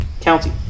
county